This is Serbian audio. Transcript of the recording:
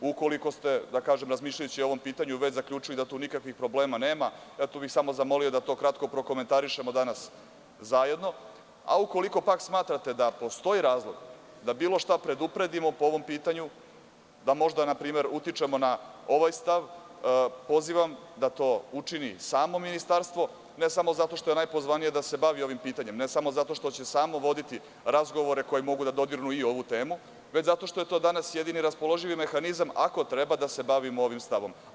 Ukoliko ste, razmišljajući o ovom pitanju, već zaključili da tu nikakvih problema nema, zamolio bih da kratko prokomentarišemo, a ako pak smatrate da postoji razlog da bilo šta predupredimo po ovom pitanju, da možda utičemo na ovaj stav, pozivam da to učini samo ministarstvo, ne samo zato što je najpozvanije da se bavi ovim pitanjem, ne samo zato što će samo voditi razgovore koji mogu da dodirnu ovu temu, već zato što je to danas jedini raspoloživi mehanizam, ako treba da se bavimo ovim stavom.